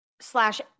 Slash